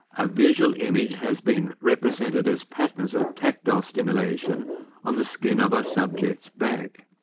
a visual image has been represented as patterns of tactile stimulation on the skin of a subject's back.